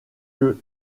dans